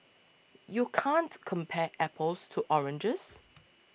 you can't compare apples to oranges